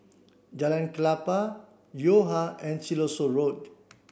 Jalan Klapa Yo Ha and Siloso Road